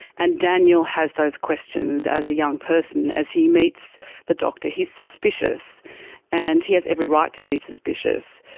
and daniel has those questions as a young person. as he meets the doctor he's suspicious and he has every right to be suspicious,